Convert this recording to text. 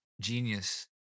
Genius